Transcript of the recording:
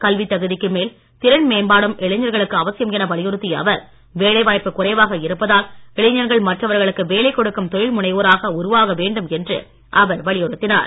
கல்வித் தகுதிக்கு மேல் திறன் மேம்பாடும் இளைஞர்களுக்கு அவசியம் என வலியுறுத்திய அவர் வேலை வாய்ப்பு குறைவாக இருப்பதால் இளைஞர்கள் மற்றவர்களுக்கு வேலை கொடுக்கும் தொழில் முனைவோராக உருவாக வேண்டும் என்று அவர் வலியுறுதினார்